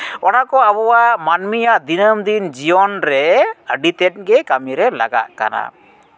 ᱚᱱᱟᱠᱚ ᱟᱵᱚᱣᱟᱜ ᱢᱟᱹᱱᱢᱤᱭᱟᱜ ᱫᱤᱱᱟᱹᱢ ᱫᱤᱱ ᱡᱤᱭᱚᱱ ᱨᱮ ᱟᱹᱰᱤ ᱛᱮᱫ ᱜᱮ ᱠᱟᱹᱢᱤᱨᱮ ᱞᱟᱜᱟᱜ ᱠᱟᱱᱟ